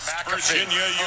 Virginia